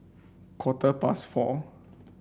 quarter past four